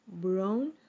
brown